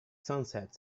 sunset